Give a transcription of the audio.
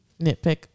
Nitpick